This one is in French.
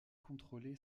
contrôlé